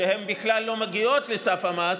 שבכלל לא מגיעות לסף המס,